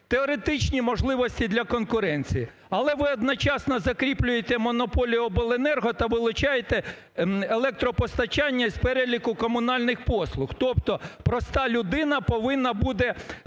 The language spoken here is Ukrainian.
теоретичні можливості для конкуренції. Але ви одночасно закріплюєте монополію обленерго та вилучаєте електропостачання із переліку комунальних послуг. Тобто проста людина повинна буде